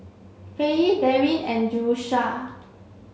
Faye Darin and Jerusha